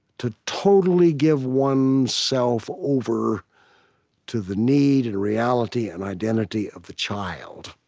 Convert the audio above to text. to totally give one's self over to the need and reality and identity of the child.